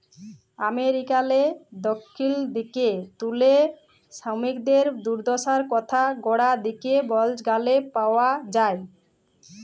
আমেরিকারলে দখ্খিল দিগে তুলে সমিকদের দুদ্দশার কথা গড়া দিগের বল্জ গালে পাউয়া যায়